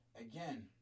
again